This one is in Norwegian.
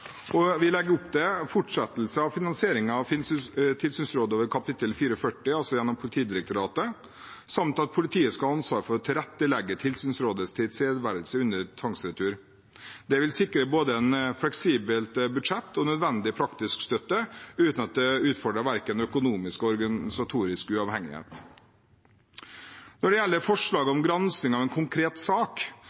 og vi legger opp til å fortsette finansieringen av tilsynsrådet over kap. 440, altså gjennom Politidirektoratet, samt at politiet skal ha ansvar for å tilrettelegge tilsynsrådets tilstedeværelse under tvangsretur. Det vil sikre både et fleksibelt budsjett og nødvendig praktisk støtte uten at det utfordrer verken økonomisk eller organisatorisk uavhengighet. Når det gjelder forslag om gransking av en konkret sak,